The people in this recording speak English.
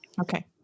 Okay